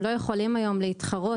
הם לא יכולים להתחרות,